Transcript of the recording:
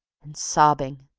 and sobbing,